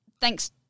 Thanks